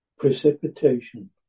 Precipitation